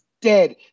dead